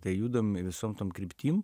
tai judam visom tom kryptim